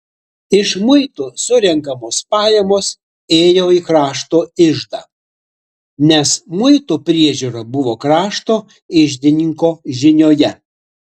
iš muitų surenkamos pajamos ėjo į krašto iždą nes muitų priežiūra buvo krašto iždininko žinioje